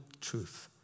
truth